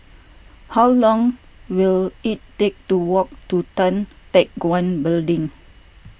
how long will it take to walk to Tan Teck Guan Building